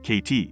KT